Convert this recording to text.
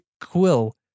Quill